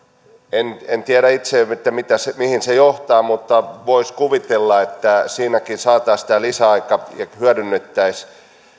en en tiedä itse mihin se johtaa mutta voisi kuvitella että siinäkin saataisiin lisäaikaa ja hyödynnettäisiin sitä